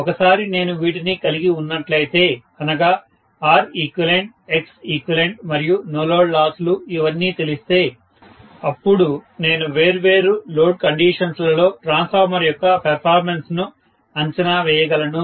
ఒకసారి నేను వీటిని కలిగి ఉన్నట్లయితే అనగా Req Xeq మరియు నో లోడ్ లాస్ లు ఇవన్నీ తెలిస్తే అప్పుడు నేను వేర్వేరు లోడ్ కండిషన్స్ లలో ట్రాన్స్ఫార్మర్ యొక్క పెర్ఫార్మన్స్ ను అంచనా వేయగలను